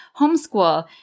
homeschool